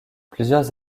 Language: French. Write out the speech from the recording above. plusieurs